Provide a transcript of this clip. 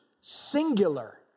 singular